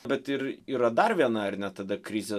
bet ir yra dar viena ar ne tada krizė